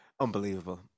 unbelievable